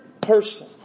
person